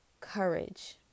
courage